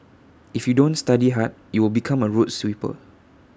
if you don't study hard you will become A road sweeper